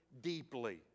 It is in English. deeply